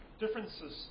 differences